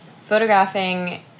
photographing